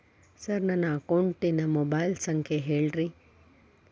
sir ನನ್ನ ಅಕೌಂಟಿನ mobile ಸಂಖ್ಯೆ ಹೇಳಿರಿ